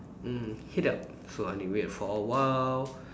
mm heat up so anyway for a while